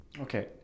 Okay